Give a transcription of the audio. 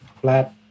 flat